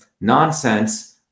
nonsense